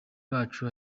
bacu